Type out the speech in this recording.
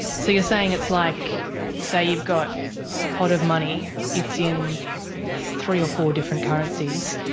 so you're saying it's like say you've got a pot of money, it's in three or four different currencies,